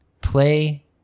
Play